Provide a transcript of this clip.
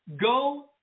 go